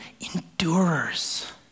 endurers